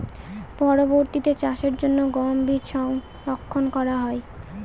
পরবর্তিতে চাষের জন্য গম বীজ সংরক্ষন করা হয়?